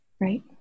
Right